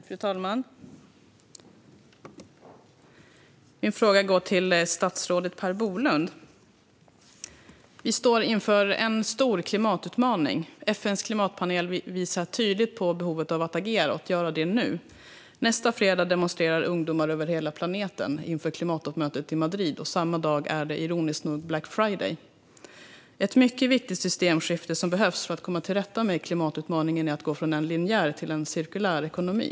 Fru talman! Min fråga går till statsrådet Per Bolund. Vi står inför en stor klimatutmaning. FN:s klimatpanel visar tydligt på behovet att agera och att göra det nu. Nästa fredag demonstrerar ungdomar över hela planeten inför klimattoppmötet i Madrid, och samma dag är det ironiskt nog Black Friday. Ett mycket viktigt systemskifte som behövs för att komma till rätta med klimatutmaningen är att gå från en linjär till en cirkulär ekonomi.